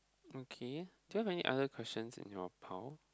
okay do you have any other questions in your pile